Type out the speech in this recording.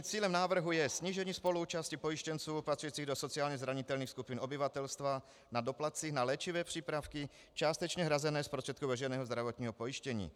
Cílem návrhu je snížení spoluúčasti pojištěnců patřících do sociálně zranitelných skupin obyvatelstva na doplatcích na léčivé přípravky částečně hrazené z prostředků veřejného zdravotního pojištění.